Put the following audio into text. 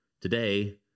today